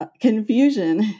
confusion